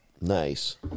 nice